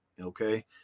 Okay